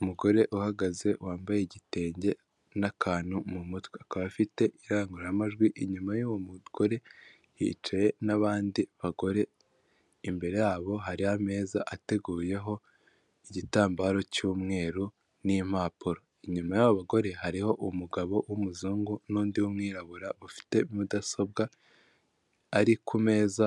Umugore uhagaze wambaye igitenge n'akantu mu mutweba, akaba afite irangurumajwi, inyuma y'uwo mugore hicaye n'abandi bagore, imbere yabo hari ameza ateguyeho igitambaro cy'umweru n'impapuro, inyuma y'abo bagore hariho umugabo w'umuzungu n'undi w'umwirabura ufite mudasobwa ari ku meza